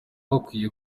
bakwiye